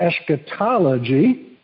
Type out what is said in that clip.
eschatology